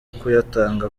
kuyatanga